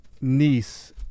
niece